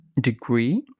degree